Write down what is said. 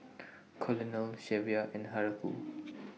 Colonel Shelvia and Haruko